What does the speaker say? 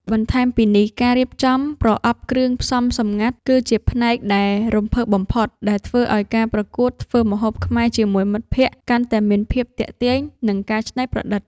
បន្ថែមពីនេះ ការរៀបចំ ប្រអប់គ្រឿងផ្សំសម្ងាត់ គឺជាផ្នែកដែលរំភើបបំផុតដែលធ្វើឱ្យការប្រកួតធ្វើម្ហូបខ្មែរជាមួយមិត្តភក្តិកាន់តែមានភាពទាក់ទាញ និងការច្នៃប្រឌិត។